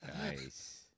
Nice